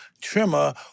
trimmer